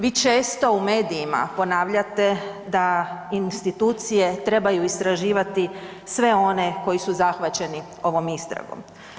Vi često u medijima ponavljate da institucije trebaju istraživati sve one koji su zahvaćeni ovom istragom.